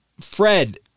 Fred